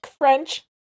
French